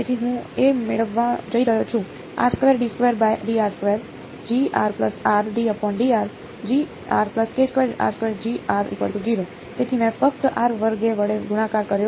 તેથી હું એ મેળવવા જઈ રહ્યો છું તેથી મેં ફક્ત r વર્ગ વડે ગુણાકાર કર્યો